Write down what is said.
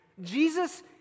Jesus